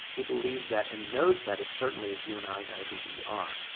he believes that and knows that as certainly as you and i know who we are,